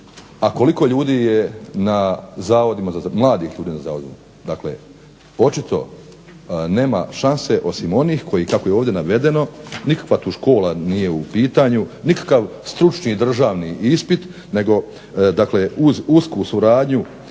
a koliko ljudi je na zavodima za zapošljavanje. Očito nema šanse osim ovih kako je tu navedeno, nikakva tu škola nije u pitanju, nikakav stručni državni ispit, nego uz usku suradnju